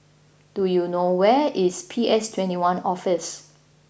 do you know where is P S Twenty One Office